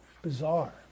Bizarre